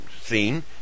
scene